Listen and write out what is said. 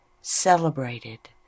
celebrated